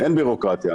אין בירוקרטיה.